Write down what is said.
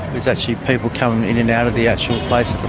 there's actually people coming in and out of the actual place